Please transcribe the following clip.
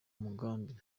mugambi